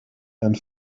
and